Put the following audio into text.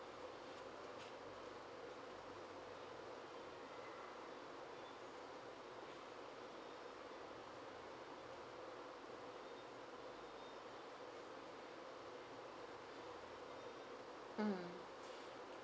mm